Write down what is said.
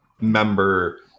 member